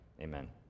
Amen